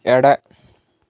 ಎಡ